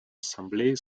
ассамблеи